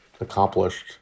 accomplished